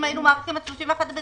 לו היינו מאריכים עד 31 בדצמבר